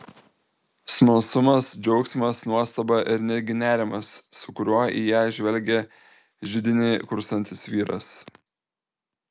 smalsumas džiaugsmas nuostaba ir netgi nerimas su kuriuo į ją žvelgė židinį kurstantis vyras